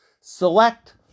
Select